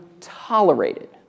tolerated